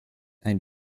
ein